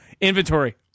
Inventory